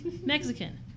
Mexican